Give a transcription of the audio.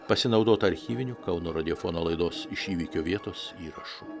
pasinaudota archyviniu kauno radiofono laidos iš įvykio vietos įrašu